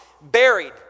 Buried